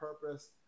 purpose